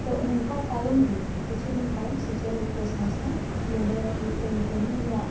ᱛᱚ ᱱᱚᱝᱠᱟ ᱛᱟᱭᱚᱢᱜᱤ ᱠᱤᱪᱷᱩᱫᱤᱱ ᱛᱟᱭᱚᱢ ᱥᱩᱪᱚᱱᱟ ᱢᱤᱫᱴᱮᱡ ᱥᱚᱝᱥᱛᱷᱟ ᱱᱚᱰᱮ ᱢᱤᱫᱴᱮᱡ ᱠᱟᱹᱢᱤ ᱨᱮᱭᱟᱜ